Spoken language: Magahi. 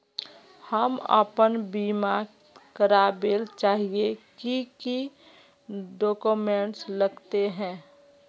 हम अपन बीमा करावेल चाहिए की की डक्यूमेंट्स लगते है?